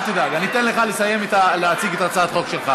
אל תדאג, אתן לך להציג את הצעת החוק שלך.